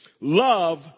love